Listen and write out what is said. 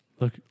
Look